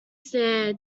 their